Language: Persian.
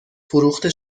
فروخته